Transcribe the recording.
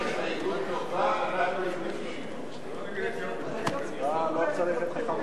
ההסתייגות של חבר הכנסת שלמה מולה לסעיף 2 לא נתקבלה.